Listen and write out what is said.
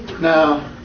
Now